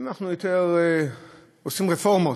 אנחנו יותר עושים רפורמות.